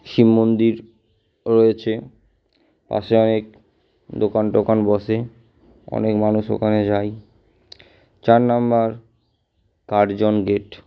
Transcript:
শিব মন্দির রয়েছে পাশে অনেক দোকান টোকান বসে অনেক মানুষ ওখানে যায় চার নাম্বার কার্জন গেট